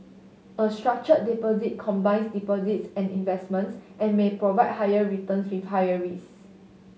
a structured deposit combines deposits and investments and may provide higher returns with higher risks